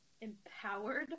empowered